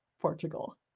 Portugal